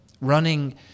running